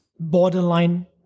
borderline